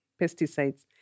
pesticides